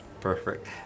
Perfect